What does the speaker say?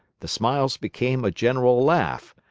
the smiles became a general laugh,